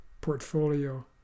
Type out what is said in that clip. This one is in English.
portfolio